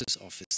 office